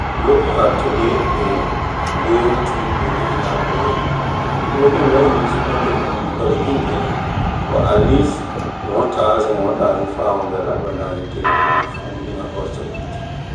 Looking at today ley way things looking in liberia people can’t really use plenty money because ley can’t get ley but at least one thousand one thousand five hundred liberian dah can give people food in la house to eat.